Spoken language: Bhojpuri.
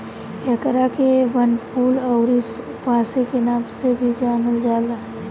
एकरा के वनफूल अउरी पांसे के नाम से भी जानल जाला